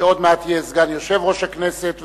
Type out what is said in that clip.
שעוד מעט יהיה סגן יושב-ראש הכנסת.